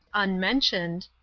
unmentioned,